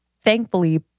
thankfully